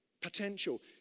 Potential